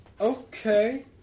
Okay